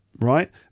right